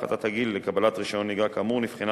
הפחתת הגיל לקבלת רשיון נהיגה כאמור נבחנה